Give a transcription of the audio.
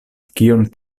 kion